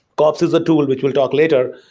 kops is a tool which we'll talk later,